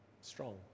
strong